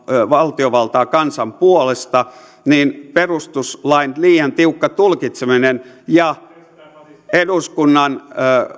valtiovaltaa kansan puolesta niin perustuslain liian tiukka tulkitseminen ja eduskunnan